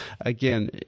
again